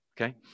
okay